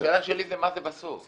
השאלה שלי מה זה בסוף.